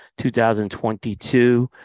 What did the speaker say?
2022